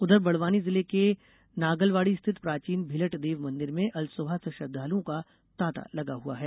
उधर बड़वानी जिले के नागलवाड़ी स्थित प्राचीन भिलट देव मंदिर में अलसुबह से श्रद्धालुओं का तांता लगा हुआ है